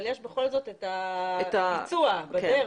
אבל יש את הביצוע והדרך.